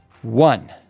One